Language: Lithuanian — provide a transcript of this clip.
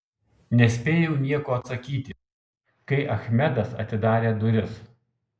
nespėjau nieko atsakyti kai achmedas atidarė duris